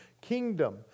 kingdom